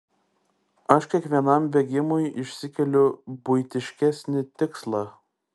aš kiekvienam bėgimui išsikeliu buitiškesnį tikslą